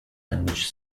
language